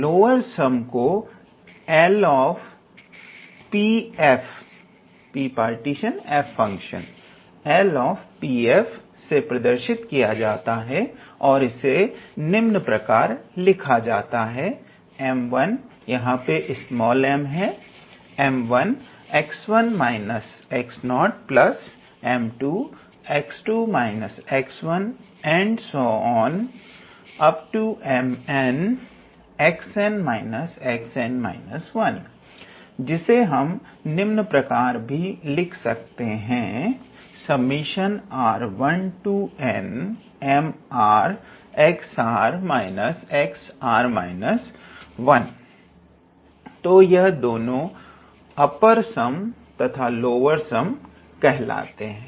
lower sum को LPf प्रदर्शित किया जाता है और इससे निम्न प्रकार लिखा जाता है 𝑚1𝑥1−𝑥0𝑚2𝑥2−𝑥1 𝑚𝑛𝑥𝑛−𝑥𝑛−1 जिससे हम निम्न प्रकार भी लिख सकते हैं तो यह दोनों अपर सम तथा लोअर सम कहलाते हैं